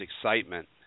excitement